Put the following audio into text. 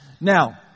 Now